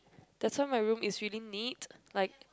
that's why my room is really neat like